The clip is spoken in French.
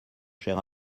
cher